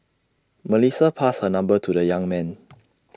Melissa passed her number to the young man